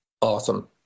awesome